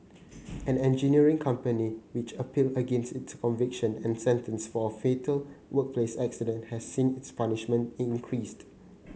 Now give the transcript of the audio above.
an engineering company which appealed against its conviction and sentence for a fatal workplace accident has seen its punishment increased